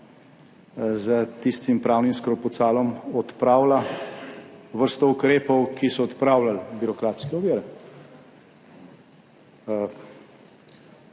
s tistim pravnim skrpucalom odpravlja vrsto ukrepov, ki so odpravljali birokratske ovire.